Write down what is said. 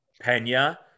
Pena –